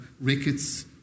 rickets